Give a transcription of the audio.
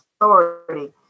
authority